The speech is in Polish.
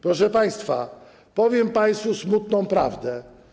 Proszę państwa, powiem państwu smutną prawdę.